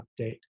update